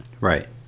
Right